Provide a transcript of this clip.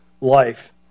life